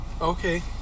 Okay